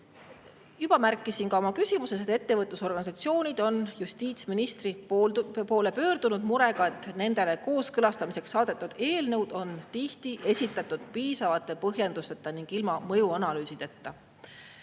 märkisin ka oma küsimuses, et ettevõtlusorganisatsioonid on justiitsministri poole pöördunud murega, et nendele kooskõlastamiseks saadetud eelnõud on tihti esitatud piisavate põhjendusteta ning ilma mõjuanalüüsideta.